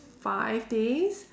five days